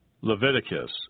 Leviticus